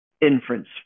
inference